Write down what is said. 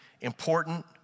important